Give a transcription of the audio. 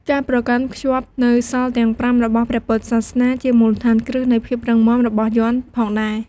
ការប្រកាន់ខ្ជាប់នូវសីលទាំង ៥ របស់ព្រះពុទ្ធសាសនា ជាមូលដ្ឋានគ្រឹះនៃភាពរឹងមាំរបស់យ័ន្តផងដែរ។